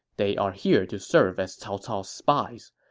they are here to serve as cao cao's spies.